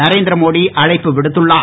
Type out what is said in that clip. நரேந்திரமோடி அழைப்பு விடுத்துள்ளார்